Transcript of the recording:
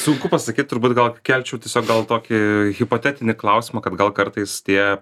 sunku pasakyt turbūt gal kelčiau tiesiog gal tokį hipotetinį klausimą kad gal kartais tie